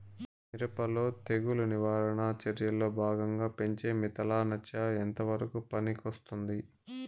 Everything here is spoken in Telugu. మిరప లో తెగులు నివారణ చర్యల్లో భాగంగా పెంచే మిథలానచ ఎంతవరకు పనికొస్తుంది?